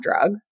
drug